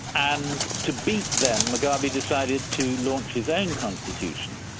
and to beat them, mugabe decided to launch his own constitution,